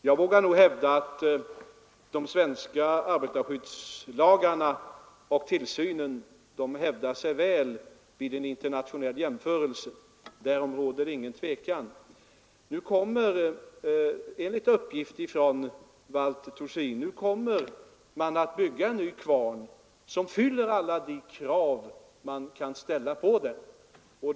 Herr talman! Jag vågar hävda att de svenska arbetarskyddslagarna och tillsynen härvidlag hävdar sig väl vid en internationell jämförelse — därom råder inget tvivel. Nu kommer man, enligt uppgift från Valter Thorsin, att bygga en ny kvarn som fyller alla de krav som kan ställas på anläggningen.